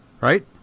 right